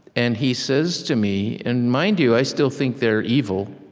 and he says to me and mind you, i still think they're evil.